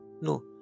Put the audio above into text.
no